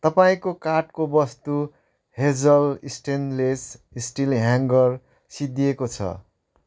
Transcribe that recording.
तपाईँको कार्टको वस्तु हेजल स्टेनलेस स्टिल ह्याङ्गर सिद्धिएको छ